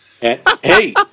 Hey